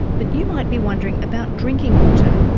but you might be wondering about drinking water.